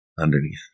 underneath